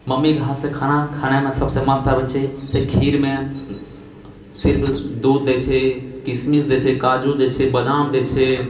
मम्मीके हाथसँ खाना खानेमे सबसँ मस्त आबैत छै से खीरमे सिर्फ दूध दए छै किशमिश दए छै काजू दए छै बदाम दए छै